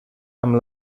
amb